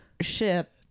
ship